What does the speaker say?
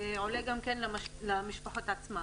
זה עולה גם למשפחות עצמן.